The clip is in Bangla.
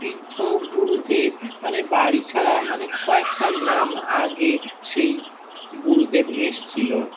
বৃদ্ধ গুরুদেব তাদের বাড়ি ছাড়া মানে কয়েকটা গ্রাম আগে সেই গুরুদেব এসেছিলো